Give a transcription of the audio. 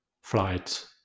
flight